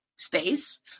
space